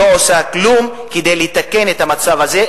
היא לא עושה כלום כדי לתקן את המצב הזה,